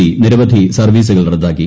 C നിരവധി സർവ്വീസുകൾ റദ്ദാക്കി